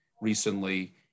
recently